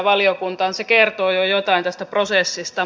se kertoo jo jotain tästä prosessista